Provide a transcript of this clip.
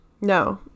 No